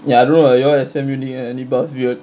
ya I don't know lah y'all S_M_U any boss weird